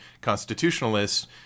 constitutionalists